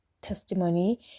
testimony